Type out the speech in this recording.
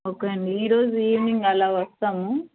okay అండి ఈ రోజు ఈవెనింగ్ అలా వస్తాము